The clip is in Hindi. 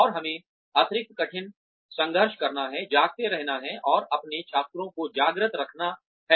और हमें अतिरिक्त कठिन संघर्ष करना है जागते रहना है और अपने छात्रों को जागृत रखना है